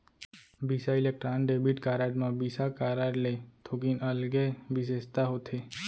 बिसा Electron debit card म Visa card ले थोकिन अलगे बिसेसता होथे